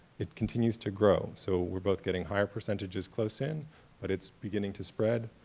it continues to grow. so we're both getting higher percentages close in but it's beginning to spread.